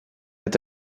est